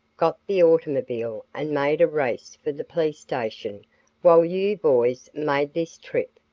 got the automobile and made a race for the police station while you boys made this trip.